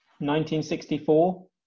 1964